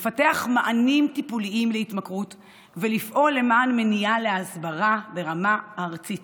לפתח מענים טיפוליים להתמכרות ולפעול למען מניעה והסברה ברמה הארצית